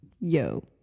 yo